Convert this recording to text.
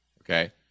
Okay